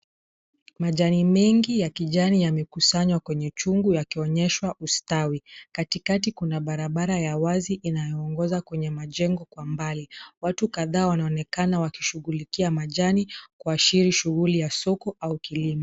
Majani mengi ya kijani yamekusanywa kwenye chungu yakionyeshwa ustawi. Katikati kuna barabara ya wazi inayoongoza kwenye majengo kwa mbali. Watu kadhaa wanaonekana wakishugulikia majani kuashiri shuguli ya soko au kilimo.